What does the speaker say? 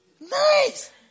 nice